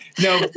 No